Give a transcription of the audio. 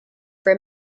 for